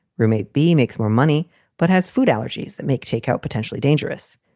roommate b makes more money but has food allergies that make takeout potentially dangerous.